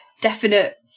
definite